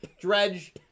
Dredge